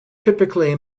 typically